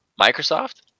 Microsoft